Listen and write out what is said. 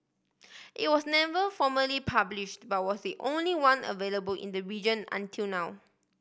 it was never formally published but was the only one available in the region until now